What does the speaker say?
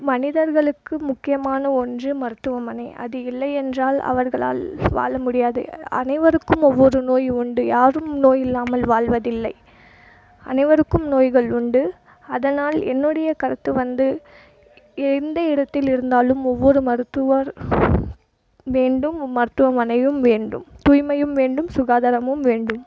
மனிதர்களுக்கு முக்கியமான ஒன்று மருத்துவமனை அது இல்லையென்றால் அவர்களால் வாழ முடியாது அனைவருக்கும் ஒவ்வொரு நோய் உண்டு யாரும் நோய் இல்லாமல் வாழ்வதில்லை அனைவருக்கும் நோய்கள் உண்டு அதனால் என்னுடைய கருத்து வந்து எந்த இடத்தில் இருந்தாலும் ஒவ்வொரு மருத்துவர் வேண்டும் மருத்துவமனையும் வேண்டும் தூய்மையும் வேண்டும் சுகாதாரமும் வேண்டும்